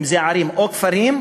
אם ערים ואם כפרים,